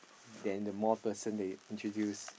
then the more person that you introduce